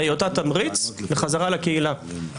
מהיותה תמריץ בחזרה לקהילה.